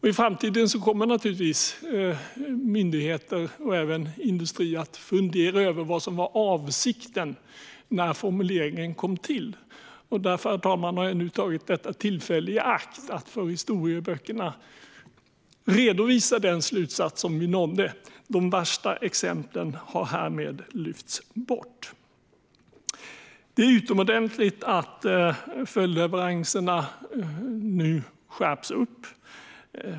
I framtiden kommer naturligtvis myndigheter och även industri att fundera över vad som var avsikten när formuleringen kom till. Därför, herr talman, har jag nu tagit detta tillfälle i akt att för historieböckerna redovisa den slutsats som vi nådde. De värsta exemplen har härmed lyfts bort. Det är utomordentligt att följdleveranserna nu skärps.